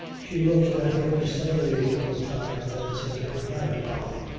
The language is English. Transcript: she looked at him steadily for a time then said good-night, papa.